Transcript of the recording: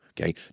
Okay